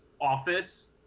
office